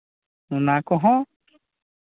ᱚᱱᱟ ᱠᱚᱦᱚᱸ